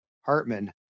Hartman